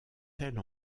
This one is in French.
telle